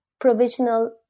provisional